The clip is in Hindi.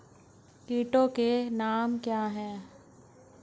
कीटों के नाम क्या हैं?